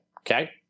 okay